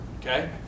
Okay